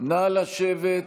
נא לשבת.